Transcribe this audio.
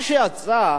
מה שיצא,